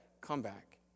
comeback